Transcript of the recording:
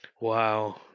Wow